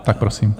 Tak prosím.